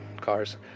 cars